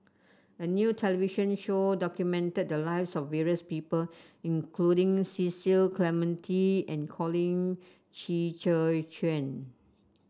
a new television show documented the lives of various people including Cecil Clementi and Colin Qi Zhe Quan